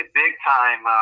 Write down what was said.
big-time